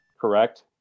Correct